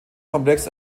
komplex